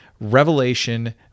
Revelation